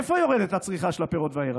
איפה יורדת הצריכה של הפירות והירקות?